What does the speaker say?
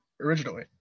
originally